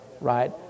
Right